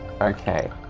Okay